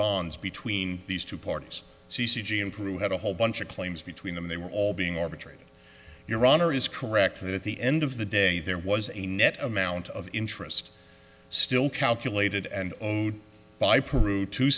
bonds between these two parties c g and crew had a whole bunch of claims between them they were all being more betrayed your honor is correct that at the end of the day there was a net amount of interest still calculated and by peru to